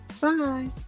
Bye